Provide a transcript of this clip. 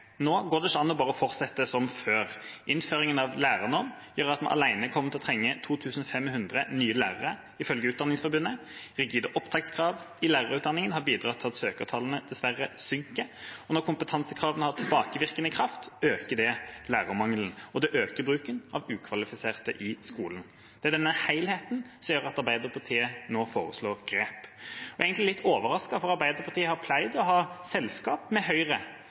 Nå går det ikke an bare å fortsette som før. Innføringen av lærernorm gjør at vi alene kommer til å trenge 2 500 nye lærere, ifølge Utdanningsforbundet. Rigide opptakskrav i lærerutdanningen har bidratt til at søkertallene dessverre synker, og når kompetansekravene har tilbakevirkende kraft, øker det lærermangelen, og det øker bruken av ukvalifiserte i skolen. Det er denne helheten som gjør at Arbeiderpartiet nå foreslår grep. Jeg er egentlig litt overrasket, for Arbeiderpartiet har pleid å ha selskap av Høyre